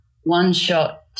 one-shot